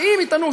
שאם יטענו,